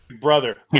Brother